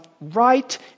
right